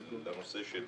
בנושא של